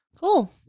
Cool